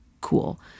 cool